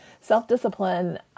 Self-discipline